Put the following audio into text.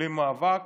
למאבק